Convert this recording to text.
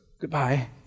goodbye